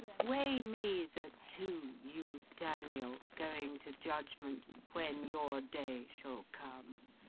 weigh me the two, you daniel, going to judgment, when your day shall come!